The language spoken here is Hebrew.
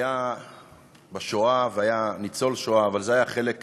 היה בשואה והיה ניצול שואה, אבל זה היה חלק קטן,